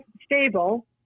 stable